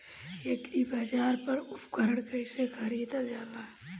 एग्रीबाजार पर उपकरण कइसे खरीदल जाला?